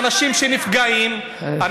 אבל אין שר, אין שר במליאה.